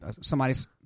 somebody's